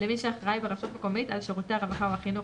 למי שאחראי ברשות מקומית על שירותי הרווחה או החינוך,